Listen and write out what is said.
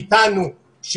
איתנו.